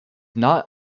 not